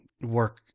work